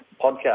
Podcast